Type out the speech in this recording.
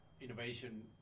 innovation